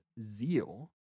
Zeal